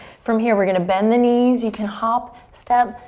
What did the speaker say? from here we're gonna bend the knees. you can hop, step,